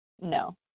no